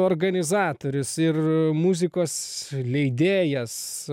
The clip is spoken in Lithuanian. organizatorius ir muzikos leidėjas